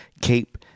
Cape